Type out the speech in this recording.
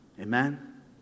Amen